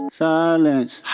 silence